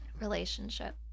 relationship